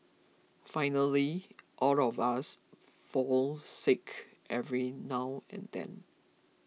finally all of us fall sick every now and then